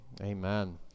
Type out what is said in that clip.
amen